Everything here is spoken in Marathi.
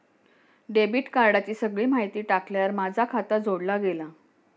डेबिट कार्डाची सगळी माहिती टाकल्यार माझा खाता जोडला गेला